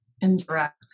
indirect